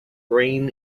brain